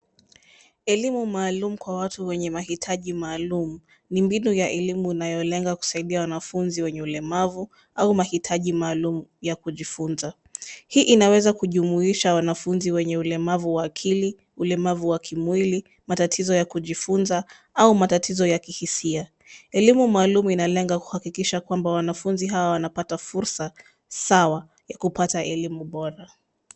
Elimu maalum kwa watu wenye maitaji maalum. Ni mbinu ya elimu inayolenga kusaidia wanafunzi wenye ulemavu au maitaji maalum ya kujifunza. Hii inaweza kujumuisha wanafunzi wenye ulemavu wa akili, ulemavu wa kimwili, matatizo ya kujifunza au matatizo ya kihisia. Elimu maalum inalenga kuhakikisha wanafunzi hawa wanapata fursa sawa ya kupata elimu bora.